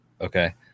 Okay